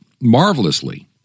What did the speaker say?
marvelously